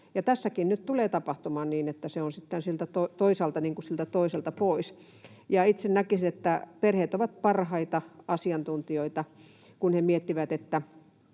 tässäkin nyt tulee tapahtumaan niin, että se on sitten toisaalta siltä toiselta pois. Itse näkisin, että perheet ovat parhaita asiantuntijoita, kun vanhemmat miettivät,